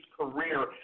career